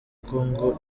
congo